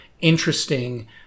interesting